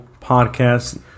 podcast